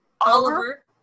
oliver